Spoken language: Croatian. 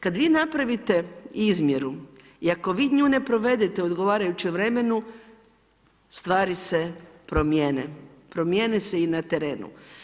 Kada vi napravite izmjeru i ako vi nju ne provedete u odgovarajućem vremenu stvari se promijene, promijene se i na terenu.